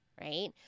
right